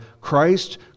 Christ